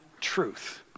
truth